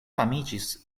famiĝis